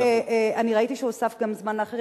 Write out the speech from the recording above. אני ראיתי שהוסף גם זמן לאחרים,